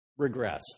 regressed